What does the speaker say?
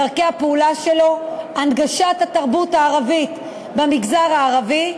דרכי הפעולה שלו להנגשת התרבות הערבית במגזר הערבי,